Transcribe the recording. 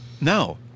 No